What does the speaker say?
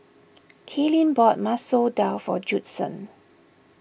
Kylene bought Masoor Dal for Judson